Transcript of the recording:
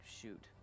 shoot